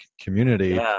community